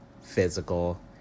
physical